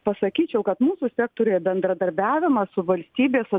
pasakyčiau kad mūsų sektoriuje bendradarbiavimas su valstybės